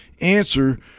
answer